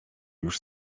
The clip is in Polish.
już